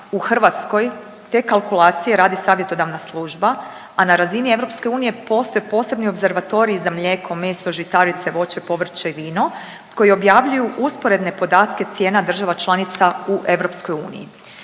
u Hrvatskoj te kalkulacije radi savjetodavna služba, a na razini EU postoje posebni opservatoriji za mlijeko, meso, žitarice, voće, povrće, vino koje objavljuju usporedne podatke cijena država članica u EU.